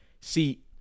see